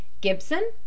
Gibson